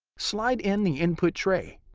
slide in the input tray.